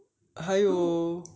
还有